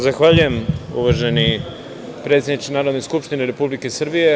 Zahvaljujem, uvaženi predsedniče Narodne skupštine Republike Srbije.